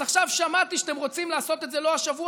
אז עכשיו שמעתי שאתם רוצים לעשות את זה לא השבוע,